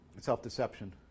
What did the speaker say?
self-deception